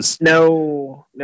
no